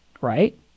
right